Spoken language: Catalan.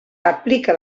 aplica